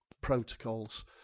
protocols